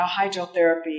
hydrotherapy